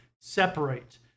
separate